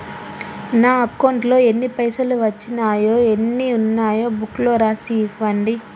నా అకౌంట్లో ఎన్ని పైసలు వచ్చినాయో ఎన్ని ఉన్నాయో బుక్ లో రాసి ఇవ్వండి?